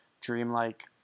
dreamlike